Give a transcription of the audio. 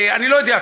אני לא יודע,